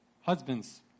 Husbands